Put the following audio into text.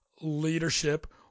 leadership